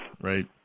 Right